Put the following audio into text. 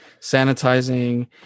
sanitizing